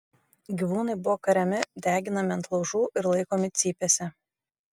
gyvūnai buvo kariami deginami ant laužų ir laikomi cypėse